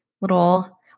little